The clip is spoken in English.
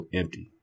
empty